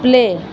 play